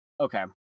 Okay